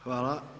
Hvala.